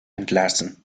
entlassen